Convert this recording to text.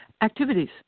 Activities